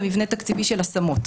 במבנה תקציבי של השמות.